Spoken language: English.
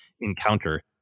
encounter